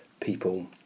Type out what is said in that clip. People